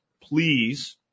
please